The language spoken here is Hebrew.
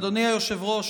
אדוני היושב-ראש,